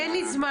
אין לי זמן,